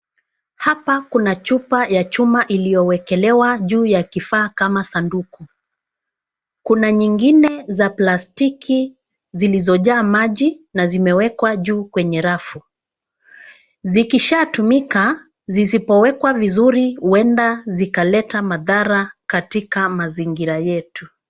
Hapa kuna chupa ya chuma iliyowekelewa juu ya kifaa kama sanduku. Kuna nyingine za plastiki zilizojaa maji na zimewekwa juu kwenye rafu. Zikishatumika, zisipowekwa vizuri, huenda zikaleta madhara katika mazingira yetu.